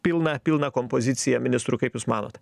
pilną pilną kompoziciją ministrų kaip jūs manot